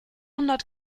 hundert